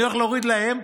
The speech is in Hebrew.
ואני הולך להוריד להם,